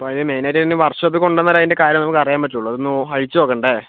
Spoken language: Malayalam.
അപ്പോൾ പിന്നെ മെയിനായിട്ട് വർഷോപ്പിൽ കൊണ്ട് വന്നാലേ കാര്യങ്ങൾ അറിയാൻ പറ്റുകയുള്ളൂ അത് ഒന്ന് അഴിച്ചു നോക്കണ്ടേ